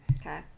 okay